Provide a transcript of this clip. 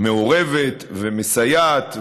מעורבת ומסייעת,